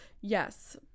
Yes